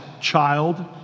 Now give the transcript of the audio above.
child